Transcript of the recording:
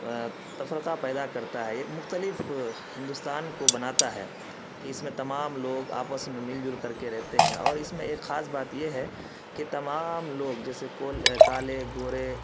تفرقہ پیدا کرتا ہے ایک مختلف ہندوستان کو بناتا ہے کہ اس میں تمام لوگ آپس میں مل جل کر کے رہتے ہیں اور اس میں ایک خاص بات یہ ہے کہ تمام لوگ جیسے کالے گورے